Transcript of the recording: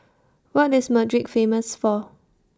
What IS Madrid Famous For